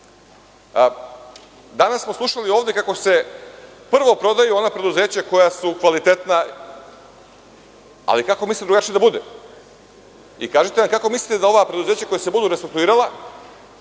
smo slušali ovde kako se prvo prodaju ona preduzeća koja su kvalitetna, ali kako mislimo drugačije da bude. Kažite kako mislite da se ova preduzeća koja se budu restrukturirala